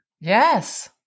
Yes